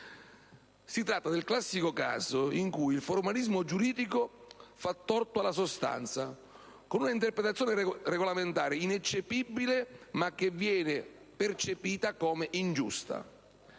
Si tratta del classico caso in cui il formalismo giuridico fa torto alla sostanza, con un'interpretazione regolamentare ineccepibile, che viene però percepita come ingiusta.